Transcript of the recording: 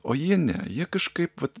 o jie ne jie kažkaip vat